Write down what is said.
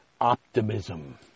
optimism